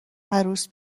عروس